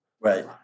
Right